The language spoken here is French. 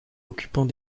occupant